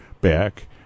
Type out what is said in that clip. back